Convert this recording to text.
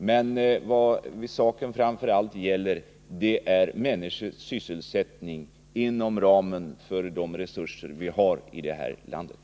Men vad saken framför allt gäller är människors sysselsättning inom ramen för de resurser vi har i det här landet.